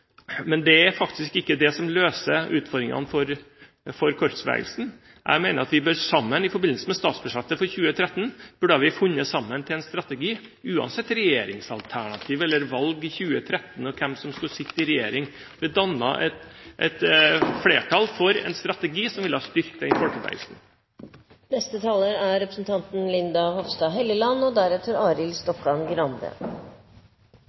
Men det er faktisk ikke det som løser utfordringene for korpsbevegelsen. Jeg mener at vi i forbindelse med statsbudsjettet for 2013 burde ha funnet sammen til en strategi – uansett regjeringsalternativ eller valg i 2013 og hvem som skal sitte i regjering – og dannet et flertall for en strategi som ville ha styrket denne bevegelsen. Norske musikkorps inviterer faktisk til så mange som 17 000 konserter i året. De arrangerer NM både for skolekorps, voksenkorps, drillkorps, solister og